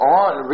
on